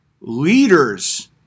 leaders